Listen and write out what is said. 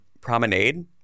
promenade